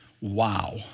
Wow